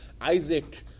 Isaac